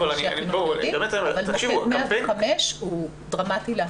מוקד 105 הוא דרמטי להפצה.